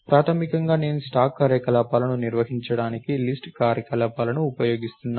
ప్రాథమికంగా నేను స్టాక్ కార్యకలాపాలను నిర్వహించడానికి లిస్ట్ కార్యకలాపాలను ఉపయోగిస్తున్నాను